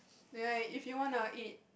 yea if wanna eat